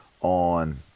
on